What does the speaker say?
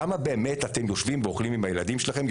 כמה באמת אתם יושבים ואוכלים עם הילדים שלכם?